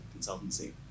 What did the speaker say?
consultancy